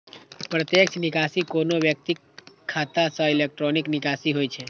प्रत्यक्ष निकासी कोनो व्यक्तिक खाता सं इलेक्ट्रॉनिक निकासी होइ छै